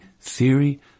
theory